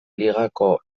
ligako